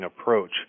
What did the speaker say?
approach